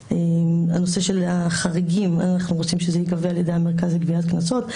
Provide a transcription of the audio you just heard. שהנושא של החריגים ייגבה על ידי המרכז לגביית קנסות,